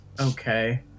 Okay